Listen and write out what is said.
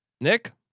Nick